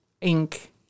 ink